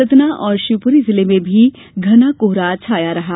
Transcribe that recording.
सतना और शिवपुरी जिले में भी घना कोहरा छाया रहा